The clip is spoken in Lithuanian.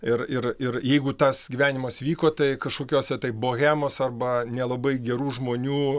ir ir ir jeigu tas gyvenimas vyko tai kažkokiose tai bohemos arba nelabai gerų žmonių